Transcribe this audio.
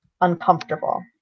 uncomfortable